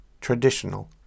traditional